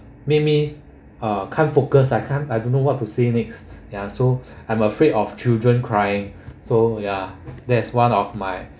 make me uh can't focus I can't I don't know what to say next ya so I'm afraid of children crying so ya that's one of my